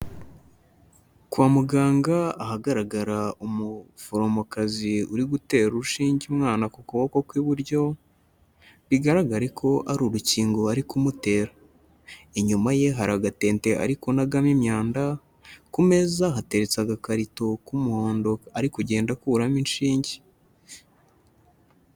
Kwa muganga ahagaragara umuforomokazi uri gutera urushinge umwana ku kuboko kw'iburyo, bigaragare ko ari urukingo ari kumutera, inyuma ye hari agatente ari kunagamo imyanda, ku meza hateretse agakarito k'umuhondo ari kugenda akuramo inshinge.